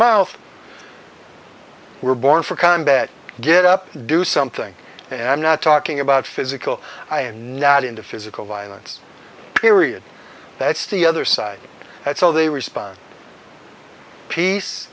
mouth we're born for combat get up do something and i'm not talking about physical i am not into physical violence period that's the other side that's how they respond peace